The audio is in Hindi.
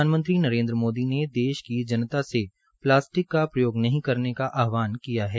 प्रधानमंत्री नरेन्द्र मोदी ने देश की जनता से प्लास्टिक का प्रयोग नही करने का आहवान किया है